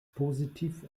positiv